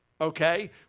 okay